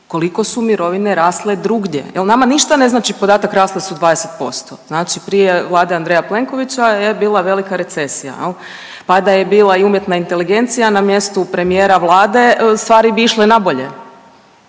koliko su mirovine rasle drugdje, jel nama ništa ne znači podatak rasle su 20%. Znači prije vlade Andreja Plenkovića je bila velika recesija, pa da je bila i umjetna inteligencija na mjestu premijera vlade stvari bi išle na bolje.